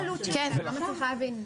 מה העלות, אני לא מצליחה להבין.